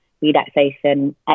relaxation